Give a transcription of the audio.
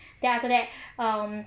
then after that